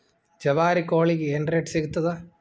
ಜವಾರಿ ಕೋಳಿಗಿ ಏನ್ ರೇಟ್ ಸಿಗ್ತದ?